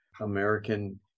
American